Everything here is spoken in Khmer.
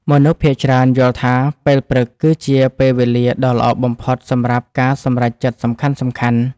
មនុស្សភាគច្រើនយល់ថា ពេលព្រឹកគឺជាពេលវេលាដ៏ល្អបំផុតសម្រាប់ការសម្រេចចិត្តសំខាន់ៗ។